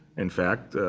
in fact,